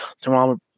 tomorrow